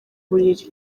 buriri